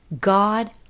God